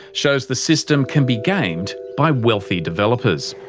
shows the system can be gamed by wealthy developers.